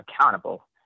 accountable